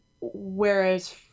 Whereas